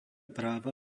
práva